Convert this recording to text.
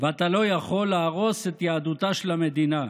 ואתה לא יכול להרוס את יהדותה של המדינה.